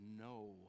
no